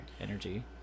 energy